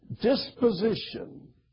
disposition